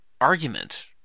argument